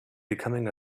becoming